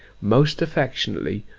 most affectionately,